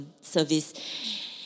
service